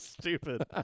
Stupid